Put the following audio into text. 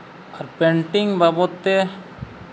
painting ᱵᱟᱵᱚᱫᱽ ᱛᱮ